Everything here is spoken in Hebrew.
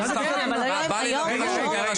--- כן, אבל זה בתנאי שיש הגשת תלונה.